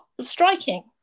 striking